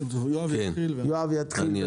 יואב יתחיל ואני אחריו.